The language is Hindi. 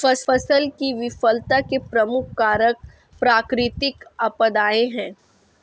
फसल की विफलता के प्रमुख कारक प्राकृतिक आपदाएं हैं